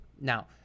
now